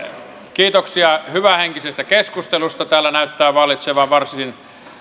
kiitoksia hyvähenkisestä keskustelusta täällä näyttää vallitsevan varsin